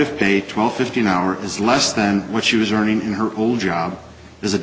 of pay twelve fifty an hour is less than what she was earning in her old job as a